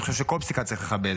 אני חושב שכל פסיקה צריך לכבד,